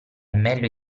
meglio